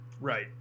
Right